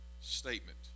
statement